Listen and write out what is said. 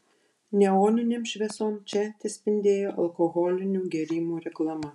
neoninėm šviesom čia tespindėjo alkoholinių gėrimų reklama